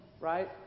Right